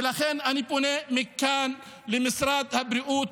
ולכן אני פונה מכאן למשרד הבריאות,